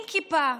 עם כיפה,